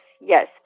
Yes